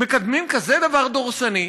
מקדמים כזה דבר דורסני,